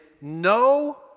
no